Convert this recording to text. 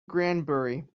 granbury